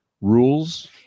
rules